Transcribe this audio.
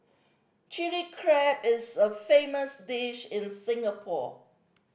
Chilli Crab is a famous dish in Singapore